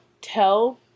tell